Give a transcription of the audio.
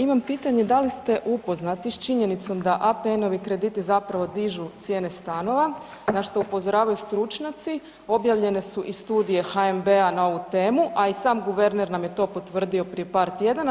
Imam pitanje da li ste upoznati s činjenicom da APN-ovi krediti zapravo dižu cijene stanova na što upozoravaju stručnjaci, objavljene su i studije HNB-a na ovu temu, a i sam guverner nam je to potvrdio prije par tjedana.